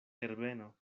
herbeno